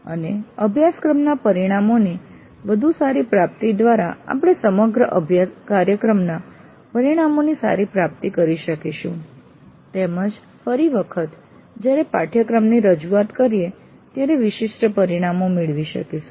અને અભ્યાસક્રમના પરિણામોની વધુ સારી પ્રાપ્તિ દ્વારા આપણે સમગ્ર કાર્યક્રમના પરિણામોની સારી પ્રાપ્તિ કરી શકીશું તેમજ ફરી વખત જયારે પાઠ્યક્રમની રજૂઆત કરીએ ત્યારે વિશિષ્ટ પરિણામો મેળવી શકીશું